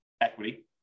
equity